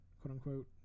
quote-unquote